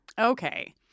okay